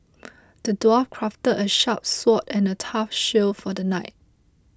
the dwarf crafted a sharp sword and a tough shield for the knight